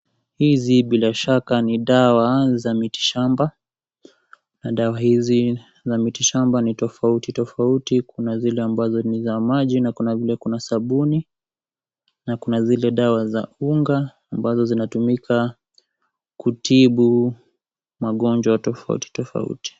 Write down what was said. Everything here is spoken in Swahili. Hizi bila shaka ni dawa za miti shamba, na dawa hizi za miti shamba ni tofauti tofauti. Kuna zile ambazo ni za maji na Kuna vile Kuna sabuni na Kuna zile dawa za unga ambazo zinatumiwa kutibu mgonjwa tofauti tofauti.